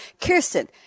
Kirsten